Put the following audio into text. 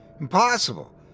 impossible